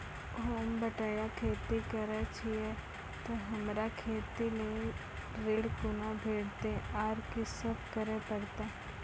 होम बटैया खेती करै छियै तऽ हमरा खेती लेल ऋण कुना भेंटते, आर कि सब करें परतै?